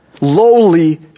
lowly